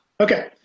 Okay